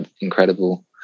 incredible